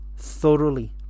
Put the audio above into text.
thoroughly